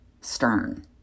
stern